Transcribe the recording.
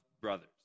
brothers